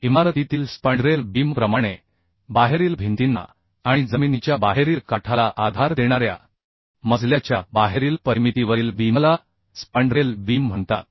इमारतीतील स्पँड्रेल बीमप्रमाणे बाहेरील भिंतींना आणि जमिनीच्या बाहेरील काठाला आधार देणाऱ्या मजल्याच्या बाहेरील परिमितीवरील बीमला स्पँड्रेल बीम म्हणतात